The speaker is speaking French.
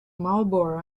marlborough